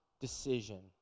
decision